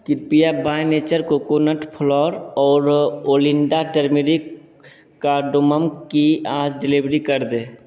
कृपया by nature coconut flour और Olinda turmeric cardamom tea आज डिलीवर कर दें